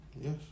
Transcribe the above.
Yes